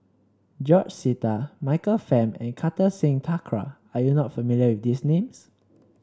George Sita Michael Fam and Kartar Singh Thakral are you not familiar with these names